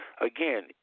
Again